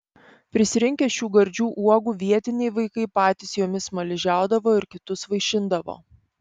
prisirinkę šių gardžių uogų vietiniai vaikai patys jomis smaližiaudavo ir kitus vaišindavo